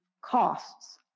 costs